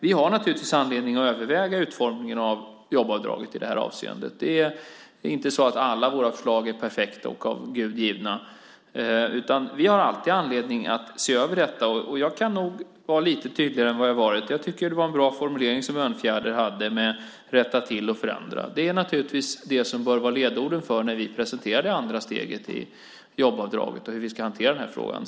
Vi har naturligtvis anledning att överväga utformningen av jobbavdraget i det här avseendet. Det är inte så att alla våra förslag är perfekta och av Gud givna, utan vi har alltid anledning att se över detta. Jag kan nog vara lite tydligare än vad jag har varit. Det var en bra formulering som Örnfjäder hade, att rätta till och förändra. Det bör vara ledorden när vi presenterar det andra steget i jobbavdraget och hur vi ska hantera den frågan.